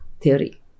theory